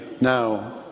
now